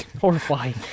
Horrifying